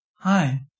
Hi